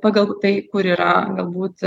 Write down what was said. pagal tai kur yra galbūt